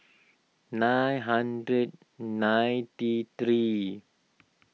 nine hundred ninety three